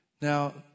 Now